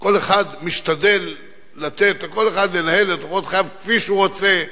כל אחד משתדל לתת לכל אחד לנהל את אורחות חייו כפי שהוא רוצה,